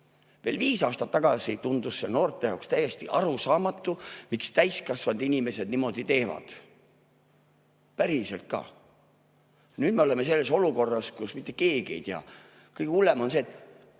Veel viis aastat tagasi tundus see noorte jaoks täiesti arusaamatu, miks täiskasvanud inimesed niimoodi teevad. Päriselt ka. Nüüd me oleme selles olukorras, kus mitte keegi ei tea. Kõige hullem on see, et